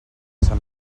sant